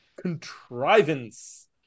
Contrivance